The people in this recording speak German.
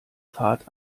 fahrt